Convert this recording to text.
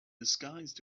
disguised